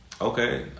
Okay